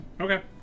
okay